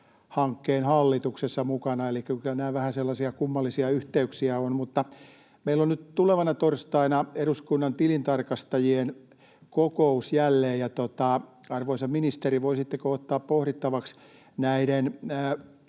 FinEst-hankkeen hallituksessa mukana, elikkä kyllä nämä vähän sellaisia kummallisia yhteyksiä ovat. Meillä on nyt tulevana torstaina eduskunnan tilintarkastajien kokous jälleen. Arvoisa ministeri, voisitteko ottaa pohdittavaksi näiden